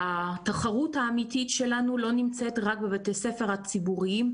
התחרות האמיתית שלנו לא נמצאת רק בבתי הספר הציבוריים,